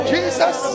Jesus